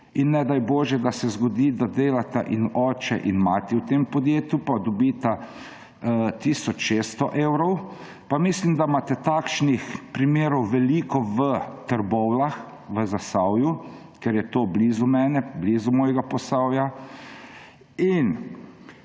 in ne daj bože, da se zgodi, da delata in oče in mati v tem podjetju, pa dobita tisoč 600 evrov, pa mislim, da imate takšnih primerov veliko v Trbovljah, v Zasavju, ker je to blizu mene, blizu mojega Posavja. In